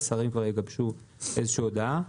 השרים יגבשו איזו שהיא הודעה.